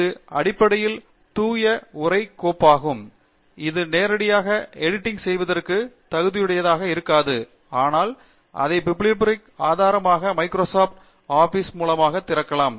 இது அடிப்படையில் தூய உரை கோப்பாகும் இது நேரடியாக எடிட்டிங் செய்வதற்கு தகுதியுடையதாக இருக்காது ஆனால் அதை பிப்லியோகிராபிக் ஆதாரமாக மைக்ரோசாப்ட் ஆபிஸின் மூலமாக திறக்கப்படலாம்